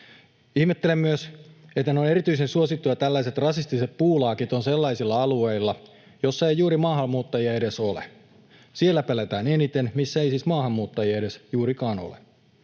Ihmettelen myös, että erityisen suosittuja tällaiset rasistiset puulaakit ovat sellaisilla alueilla, joissa ei juuri maahanmuuttajia edes ole. Siellä pelätään eniten, missä ei siis maahanmuuttajia edes juurikaan ole,